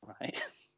right